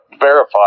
verify